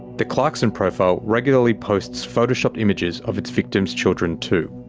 the clarkson profile regularly posts photoshopped images of its victims' children too.